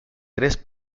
tres